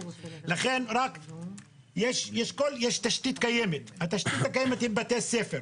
יש תשתית קיימת, התשתית הקיימת היא בתי ספר.